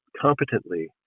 competently